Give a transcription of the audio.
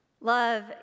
Love